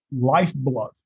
lifeblood